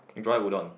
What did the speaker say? dried Udon